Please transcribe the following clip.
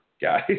guys